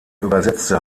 übersetzte